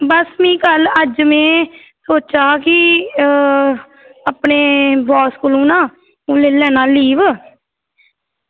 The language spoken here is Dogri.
बस मीं कल अज्ज में सोचा दा हा कि अपने बास कोला नूं ना ओह् लेई लैन्ना लीव